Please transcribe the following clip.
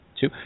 two